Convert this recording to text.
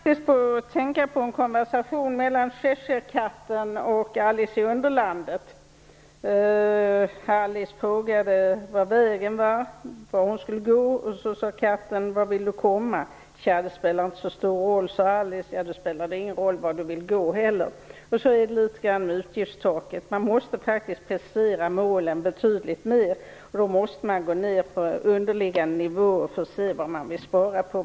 Herr talman! Jag kom faktiskt att tänka på en konversation mellan katten och Alice i underlandet. Alice frågade vilken väg hon skulle gå. Då frågade katten vart hon vill komma. Alice svarade att det inte spelade så stor roll. Då sa katten att det inte spelade någon roll vilken väg hon tog heller. Så är det litet grand med utgiftstaket. Man måste faktiskt precisera målen betydligt mer. Då måste man gå ned på underliggande nivåer för att se vad man vill spara på.